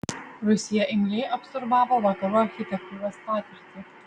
rusija imliai absorbavo vakarų architektūros patirtį